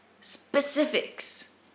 Specifics